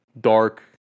dark